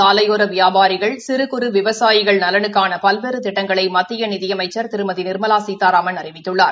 சாலையோர வியாபாரிகள் சிறு குறு விவசாயிகள் நலனுக்கான பல்வேறு திட்டங்களை மத்திய நிதி அமைச்ச் திருமதி நிர்மலா சீதாராமன் அறிவித்துள்ளார்